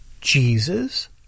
Jesus